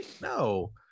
no